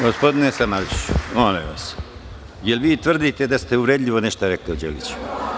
Gospodine Samardžiću, molim vas, da li vi tvrdite da ste rekli nešto uvredljivo o Đeliću?